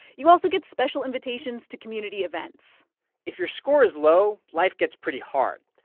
you also get special invitations to community events if your score is low, life gets pretty hard.